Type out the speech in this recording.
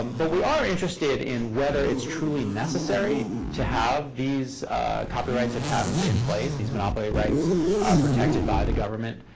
um but we are interested in whether it's truly necessary to have these copyrights and patents in place, these monopoly rights protected by the government,